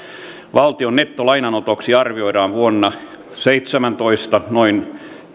valtion nettolainanotoksi arvioidaan vuonna seitsemäntoista noin